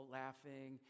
laughing